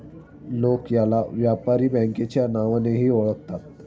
लोक याला व्यापारी बँकेच्या नावानेही ओळखतात